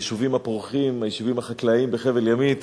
היישובים הפורחים, היישובים החקלאיים בחבל-ימית.